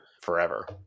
forever